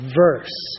verse